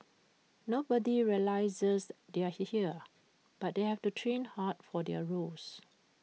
nobody realises they're here here but they have to train hard for their roles